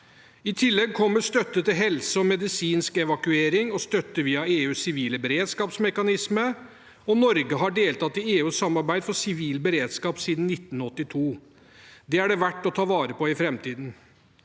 I tillegg kommer støtte til helse og medisinsk evakuering og støtte via EUs sivile beredskapsmekanisme, og Norge har deltatt i EU-samarbeid for sivil beredskap siden 1982. Det er det verdt å ta vare på i framtiden.